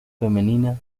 femenina